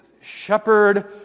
Shepherd